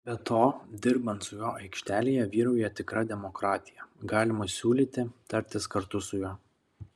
be to dirbant su juo aikštelėje vyrauja tikra demokratija galima siūlyti tartis kartu su juo